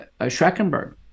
Schreckenberg